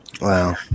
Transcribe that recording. Wow